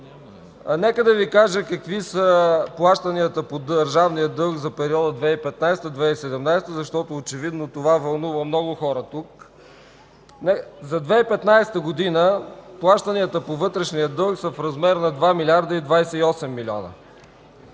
Нека да Ви кажа какви са плащанията по държавния дълг за периода 2015 – 2017 г., защото очевидно това вълнува много хора тук. За 2015 г. плащанията по вътрешния дълг са в размер на 2 млрд. 028 млн.